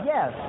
Yes